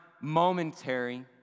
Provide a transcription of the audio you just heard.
momentary